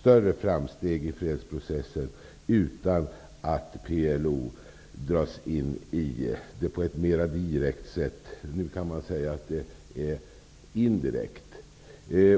större framsteg i fredsprocessen utan att PLO dras in i den på ett mer direkt sätt -- nu kan man säga att det är indirekt.